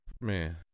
man